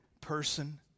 person